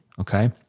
Okay